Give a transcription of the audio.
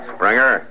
Springer